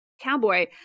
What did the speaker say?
cowboy